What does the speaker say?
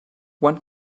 one